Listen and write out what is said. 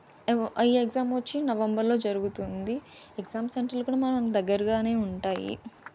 ఈ ఎగ్జామ్ వచ్చి నవంబర్లో జరుగుతుంది ఎగ్జామ్ సెంటర్లు కూడా మనం దగ్గరగానే ఉంటాయి